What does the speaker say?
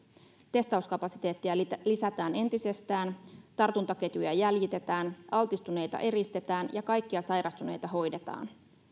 testauskapasiteettia lisätään entisestään tartuntaketjuja jäljitetään altistuneita eristetään ja kaikkia sairastuneita hoidetaan